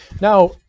Now